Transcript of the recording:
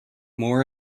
more